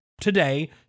today